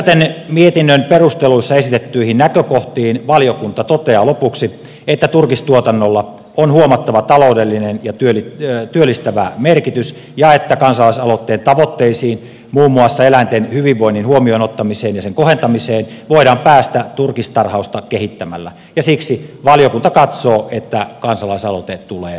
viitaten mietinnön perusteluissa esitettyihin näkökohtiin valiokunta toteaa lopuksi että turkistuotannolla on huomattava taloudellinen ja työllistävä merkitys ja että kansalaisaloitteen tavoitteisiin muun muassa eläinten hyvinvoinnin huomioon ottamiseen ja sen kohentamiseen voidaan päästä turkistarhausta kehittämällä ja siksi valiokunta katsoo että kansalaisaloite tulee hylätä